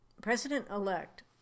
President-elect